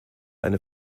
eine